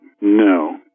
No